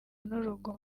n’urugomo